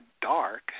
dark